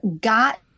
got